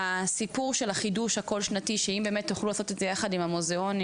הסיפור של החידוש הכל שנתי שאם באמת יוכלו לעשות את יחד עם המוזיאונים,